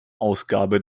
ausgabe